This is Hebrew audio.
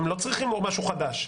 הם לא צריכים משהו חדש.